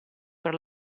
per